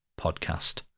podcast